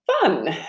fun